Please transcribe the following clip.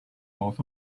north